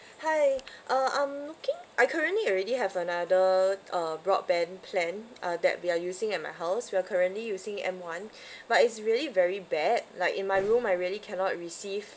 hi uh I'm looking I currently already have another uh broadband plan uh that we are using at my house we are currently using M one but it's really very bad like in my room I really cannot receive